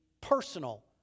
personal